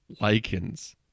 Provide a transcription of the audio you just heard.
lichens